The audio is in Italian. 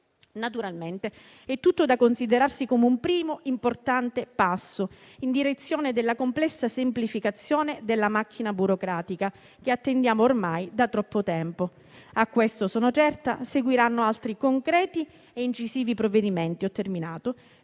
Naturalmente è tutto da considerarsi come un primo importante passo in direzione della complessa semplificazione della macchina burocratica che attendiamo ormai da troppo tempo. A questo - ne sono certa - seguiranno altri concreti e incisivi provvedimenti